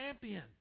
champion